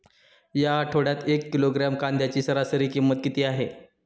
या आठवड्यात एक किलोग्रॅम कांद्याची सरासरी किंमत किती आहे?